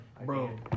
Bro